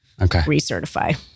recertify